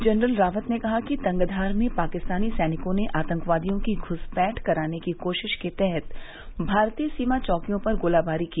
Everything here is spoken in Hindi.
जनरल रावत ने कहा कि तंगधार में पाकिस्तानी सैनिकों ने आतंकवादियों की घुसपैठ कराने की कोशिश के तहत भारतीय सीमा चौकियों पर गोलीबारी की